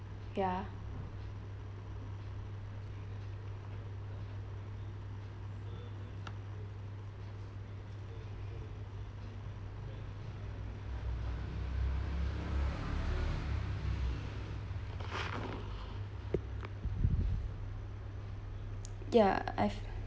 ya ya I